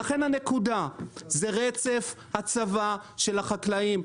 לכן הנקודה זה רצף הצבה של החקלאים,